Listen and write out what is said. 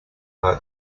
were